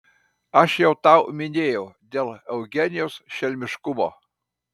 aš jau tau minėjau dėl eugenijaus šelmiškumo